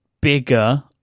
bigger